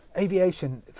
aviation